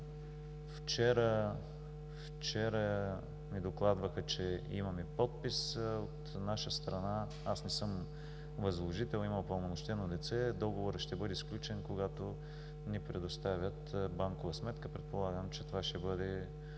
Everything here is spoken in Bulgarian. Вчера ми докладваха, че имаме подпис от наша страна. Аз не съм възложител, има упълномощено лице. Договорът ще бъде сключен, когато ни предоставят банкова сметка. Предполагам, че това ще бъде